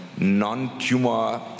non-tumor